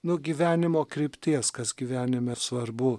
nu gyvenimo krypties kas gyvenime svarbu